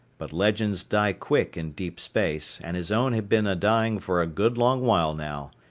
but legends die quick in deep space, and his own had been a-dying for a good long while now,